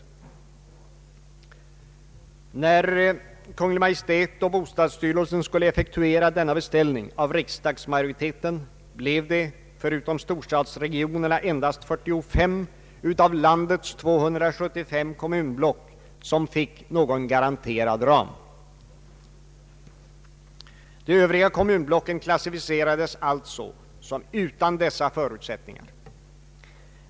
När Kungl. Maj:t och bostadsstyrelsen skulle effektuera denna beställning av riksdagsmajoriteten blev det förutom storstadsregionerna endast 45 av landets 275 kommunblock som fick någon garanterad ram. De övriga kommunblocken klassificerades alltså som utan dessa förutsättningar.